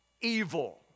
evil